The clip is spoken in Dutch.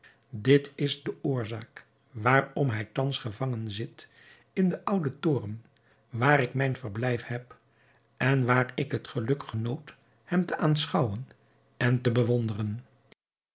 dit is de oorzaak waarom hij thans gevangen zit in den ouden toren waar ik mijn verblijf heb en waar ik het geluk genoot hem te aanschouwen en te bewonderen